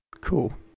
cool